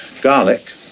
garlic